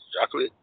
chocolate